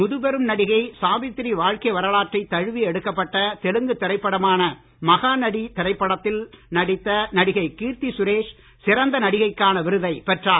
முதுபெரும் நடிகை சாவித்ரி வாழ்க்கை வரலாற்றை தழுவி எடுக்கப்பட்ட தெலுங்கு திரைப்படமான மகாநடி திரைப்படத்தில் நடித்த நடிகை கீர்த்தி சுரேஷ் சிறந்த நடிகைக்கான விருதை பெற்றார்